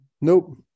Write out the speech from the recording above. Nope